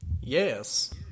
Yes